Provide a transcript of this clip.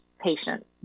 patient